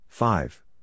Five